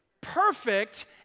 perfect